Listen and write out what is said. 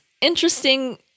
interesting